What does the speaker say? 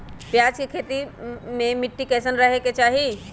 प्याज के खेती मे मिट्टी कैसन रहे के चाही?